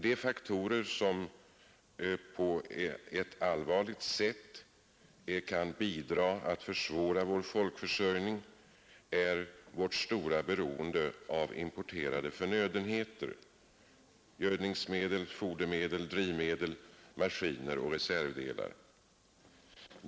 Den faktor som på ett allvarligare sätt kan bidra till att försvåra vår livsmedelsförsörjning är vårt stora beroende av importerade förnödenheter — gödningsmedel, fodermedel, drivmedel, maskiner och reservdelar.